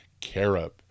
carob